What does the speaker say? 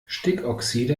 stickoxide